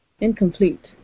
Incomplete